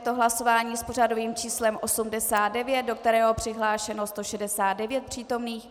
Je to hlasování s pořadovým číslem 89, do kterého je přihlášeno 169 přítomných.